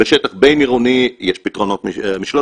לשטח בין עירוני יש פתרונות משלו,